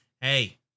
hey